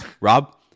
Rob